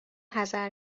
حذر